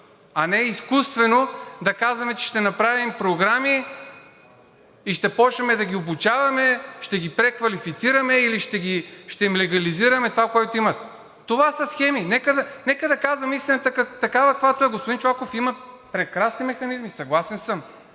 А не изкуствено да казваме, че ще направим програми и ще започнем да ги обучаваме, ще ги преквалифицираме или ще им легализираме това, което имат. Това са схеми. Нека да казваме истината такава, каквато е. Господин Чолаков, има прекрасни механизми, съгласен съм.